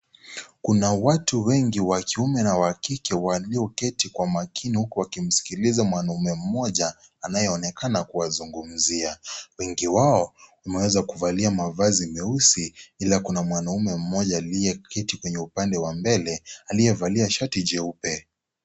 Kuna watu wengi wa kiume na wa kike walioketi kwa makini huku wakimsikiliza mwanaume mmoja anayeonekana kuwazugumzia. Wengi wao wameweza kuvalia mavazi meusi hila kuna mwanaume mmoja aliyeketi kwenye upande wa mbele aliyevalia shati jeupe.